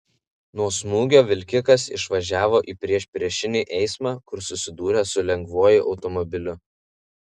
nuo smūgio vilkikas išvažiavo į priešpriešinį eismą kur susidūrė su lengvuoju automobiliu